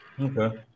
Okay